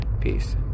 Peace